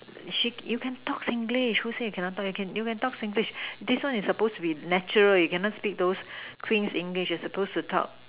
she you can talk Singlish who say you cannot talk you can talk Singlish this one you supposed to be natural you cannot speak those Queen's English you're supposed to talk